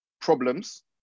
problems